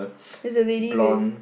is a lady with